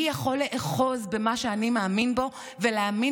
אני יכול לאחוז במה שאני מאמין בו ולהאמין